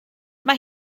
mae